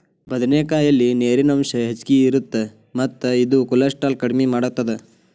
ಬದನೆಕಾಯಲ್ಲಿ ನೇರಿನ ಅಂಶ ಹೆಚ್ಚಗಿ ಇರುತ್ತ ಮತ್ತ ಇದು ಕೋಲೆಸ್ಟ್ರಾಲ್ ಕಡಿಮಿ ಮಾಡತ್ತದ